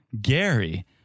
Gary